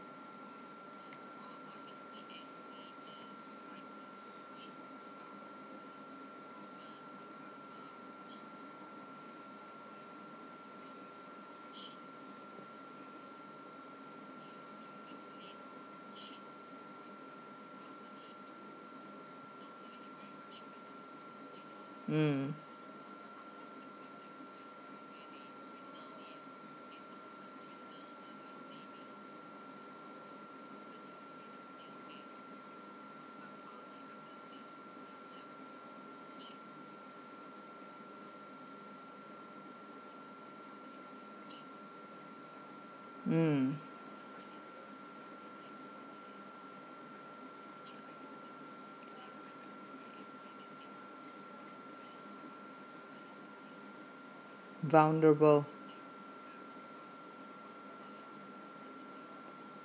mm mm vulnerable